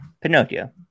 Pinocchio